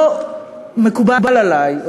לא מקובל עלי,